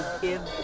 give